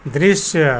दृश्य